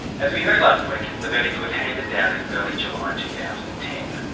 as we heard last week, the verdict was handed down in early july two thousand and ten.